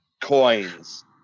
coins